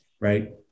right